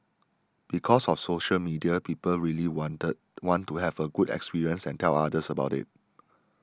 because of social media people really wanted want to have a good experience and tell others about it